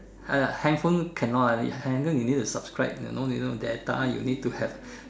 uh handphone cannot eh handphone you need to subscribe you know you need data you need to have